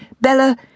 Bella